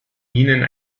ihnen